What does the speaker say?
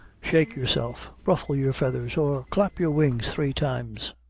shake yourself, ruffle your feathers, or clap your wings three times,